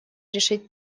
решить